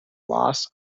loss